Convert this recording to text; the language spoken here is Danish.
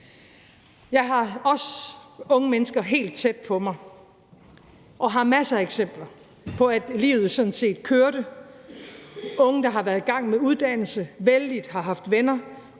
Jeg har også unge mennesker helt tæt på mig og har set masser af eksempler på unge, for hvem livet sådan set kørte, som har været i gang med uddannelse, været vellidte og haft venner,